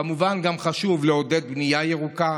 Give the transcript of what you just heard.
כמובן, חשוב גם לעודד בנייה ירוקה,